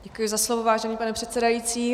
Děkuji za slovo, vážený pane předsedající.